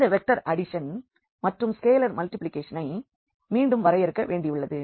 இந்த vector addition மற்றும் scalar மல்டிப்ளிகேஷனை மீண்டும் வரையறுக்க வேண்டியுள்ளது